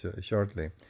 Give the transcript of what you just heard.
shortly